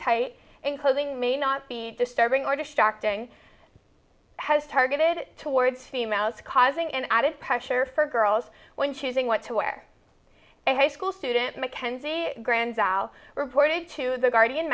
tight in clothing may not be disturbing or distracting has targeted towards females causing an added pressure for girls when choosing what to wear a high school student mckenzie grandes out reported to the guardian